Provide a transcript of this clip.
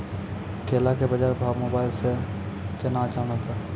केला के बाजार भाव मोबाइल से के ना जान ब?